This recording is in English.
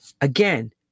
again